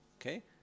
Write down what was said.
okay